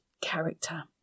character